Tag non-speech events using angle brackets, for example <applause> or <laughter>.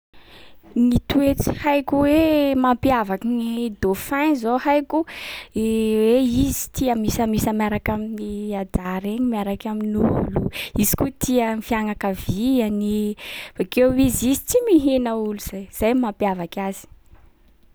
Ny toetsy haiko hoe mampiavaky gny dauphin zao haiko i <hesitation> hoe izy tia misamisa miaraka amin’ny ajà regny, miaraky amin'olo. Izy koa tia ny fiagnakaviàny. Bakeo izy- izy tsy mihina olo zay. Zay mampiavaky azy.